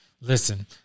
Listen